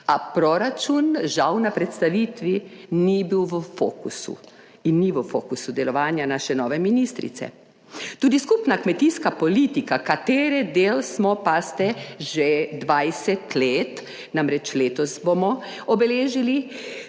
A proračun, žal, na predstavitvi ni bil v fokusu in ni v fokusu delovanja naše nove ministrice. Tudi skupna kmetijska politika, katere del smo – pazite - že 20 let, namreč letos bomo obeležili